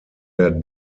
der